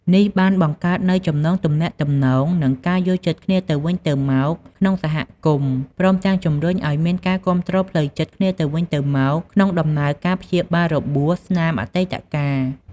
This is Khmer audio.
នេះបានបង្កើតនូវចំណងទំនាក់ទំនង និងការយល់ចិត្តគ្នាទៅវិញទៅមកក្នុងសហគមន៍ ព្រមទាំងជំរុញឲ្យមានការគាំទ្រផ្លូវចិត្តគ្នាទៅវិញទៅមកក្នុងដំណើរការព្យាបាលរបួសស្នាមអតីតកាល។